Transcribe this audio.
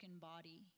body